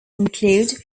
include